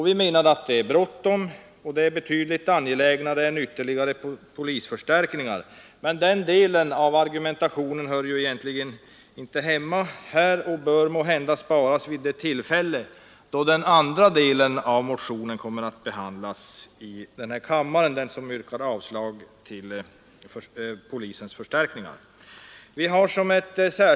Vi anser att det är bråttom nu, betydligt mera angeläget än ytterligare polisförstärkningar. Den delen av argumentationen hör dock inte hemma i detta sammanhang utan bör kanske sparas till det tillfälle då motionens andra del kommer att behandlas, alltså den del som yrkar avslag på förstärkningen av polistjänsterna.